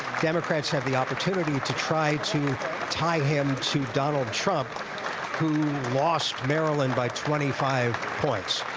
democrats have the opportunity to try to tie him to donald trump who lost maryland by twenty five points.